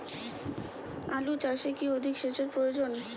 আলু চাষে কি অধিক সেচের প্রয়োজন?